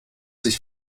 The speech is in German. sich